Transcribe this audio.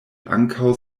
ankaŭ